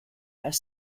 are